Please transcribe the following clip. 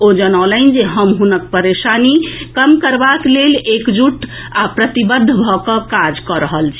ओ जनौलनि जे हम हुनक परेशानी कम करबाक लेल एकजुट आ प्रतिबद्ध भऽ कऽ काज कऽ रहल छी